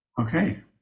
Okay